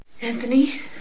anthony